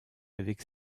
avec